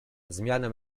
zmianę